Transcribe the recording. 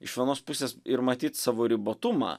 iš vienos pusės ir matyt savo ribotumą